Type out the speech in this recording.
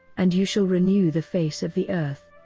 and you shall renew the face of the earth.